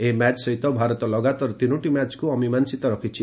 ଏହି ମ୍ୟାଚ୍ ସହିତ ଭାରତ ଲଗାତାର ତିନୋଟି ମ୍ୟାଚ୍କୁ ଅମିମାଂଶିତ ରଖିଛି